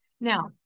Now